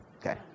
Okay